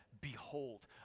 behold